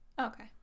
Okay